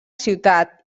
ciutat